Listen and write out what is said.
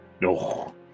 No